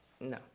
No